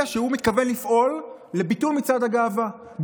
שהוא מתכוון לפעול לביטול מצעד הגאווה.